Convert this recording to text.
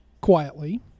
quietly